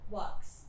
works